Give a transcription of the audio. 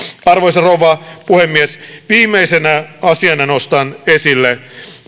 arvoisa rouva puhemies viimeisenä asiana nostan esille